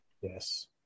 Yes